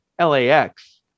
LAX